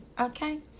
okay